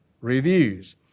reviews